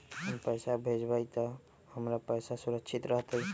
हम पैसा भेजबई तो हमर पैसा सुरक्षित रहतई?